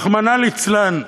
רחמנא ליצלן,